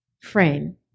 frame